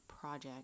project